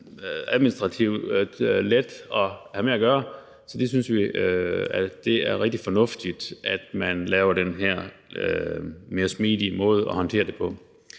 administrativt let at have med at gøre, så vi synes, at det er rigtig fornuftigt, at man laver den her mere smidige måde at håndtere det på.